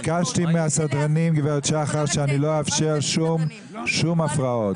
ביקשתי מהסדרנים, גב' שחר, לא לאפשר שום הפרעות.